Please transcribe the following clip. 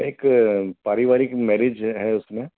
एक पारिवारिक मैरिज है उसमें